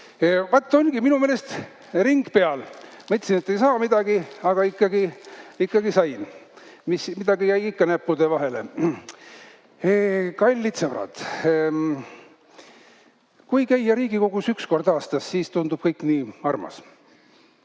Vaat ongi minu meelest ring peal. Ma ütlesin, et ei saa midagi, aga sain, midagi jäi ikka näppude vahele. Kallid sõbrad! Kui käia Riigikogus üks kord aastas, siis tundub kõik nii armas.